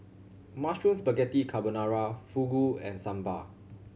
Mushroom Spaghetti Carbonara Fugu and Sambar